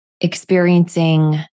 experiencing